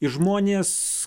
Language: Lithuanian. ir žmonės